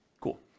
Cool